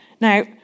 Now